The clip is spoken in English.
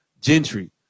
Gentry